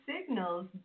signals